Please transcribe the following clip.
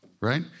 right